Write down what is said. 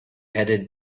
headed